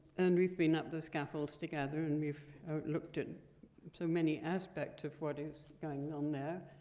and we've been up those scaffolds together, and we've looked at so many aspects of what is going on there.